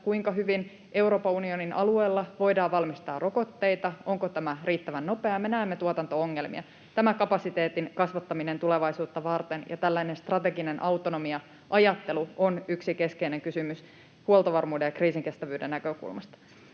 kuinka hyvin Euroopan unionin alueella voidaan valmistaa rokotteita, onko tämä riittävän nopeaa. Ja me näemme tuotanto-ongelmia. Tämä kapasiteetin kasvattaminen tulevaisuutta varten ja tällainen strateginen autonomia-ajattelu ovat yksi keskeinen kysymys huoltovarmuuden ja kriisinkestävyyden näkökulmasta.